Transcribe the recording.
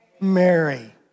Mary